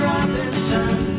Robinson